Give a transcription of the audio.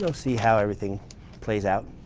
so see how everything plays out.